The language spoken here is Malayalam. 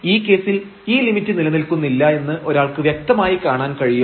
ഈ കേസിൽ ഈ ലിമിറ്റ് നിലനിൽക്കുന്നില്ല എന്ന് ഒരാൾക്ക് വ്യക്തമായി കാണാൻ കഴിയും